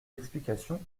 explications